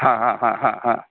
हा हा हा हा हा